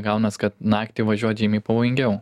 gaunas kad naktį važiuot žymiai pavojingiau